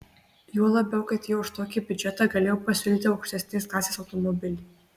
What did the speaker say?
juo labiau kad jie už tokį biudžetą galėjo pasiūlyti aukštesnės klasės automobilį